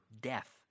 death